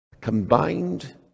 combined